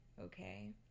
okay